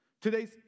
Today's